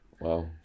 Wow